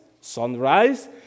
sunrise